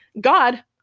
God